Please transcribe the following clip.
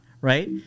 right